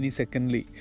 secondly